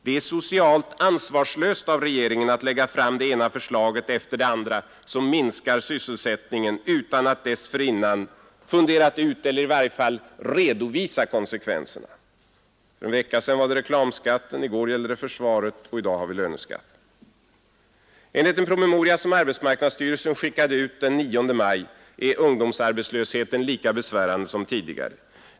Det är socialt ansvarslöst av regeringen att lägga fram det ena förslaget efter det andra som minskar sysselsättningen utan att dessförinnan fundera över eller i varje fall redovisa konsekvenserna. För en vecka sedan var det reklamskatten, i går gällde det försvaret, och i dag har vi löneskatten. Enligt en promemoria som arbetsmarknadsstyrelsen skickade ut den 9 maj är ungdomsarbetslösheten lika besvärande som tidigare.